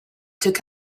took